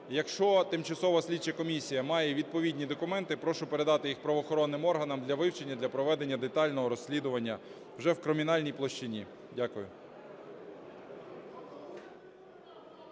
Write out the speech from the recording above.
Якщо тимчасова слідча комісія має відповідні документи, прошу передати їх правоохоронним органам для вивчення, для проведення детального розслідування вже в кримінальній площині. Дякую.